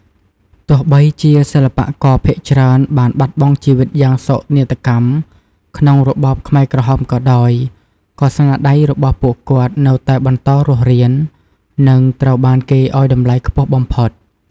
ទោះបីជាសិល្បករភាគច្រើនបានបាត់បង់ជីវិតយ៉ាងសោកនាដកម្មក្នុងរបបខ្មែរក្រហមក៏ដោយ ក៏ស្នាដៃរបស់ពួកគាត់នៅតែបន្តរស់រាន និងត្រូវបានគេឱ្យតម្លៃខ្ពស់បំផុត។